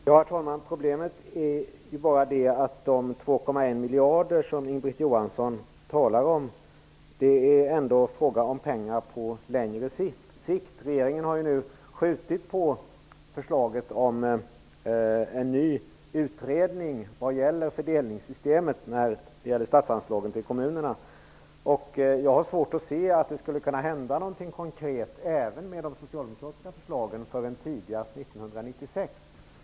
Herr talman! Problemet är bara att de 2,1 miljarder som Inga-Britt Johansson talar om gäller pengar på längre sikt. Regeringen har skjutit på förslaget om en ny utredning vad gäller fördelningssystemet för statsanslagen till kommunerna. Jag har svårt att se att det skulle kunna hända något konkret ens med de socialdemokratiska förslagen förrän tidigast år 1996.